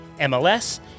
MLS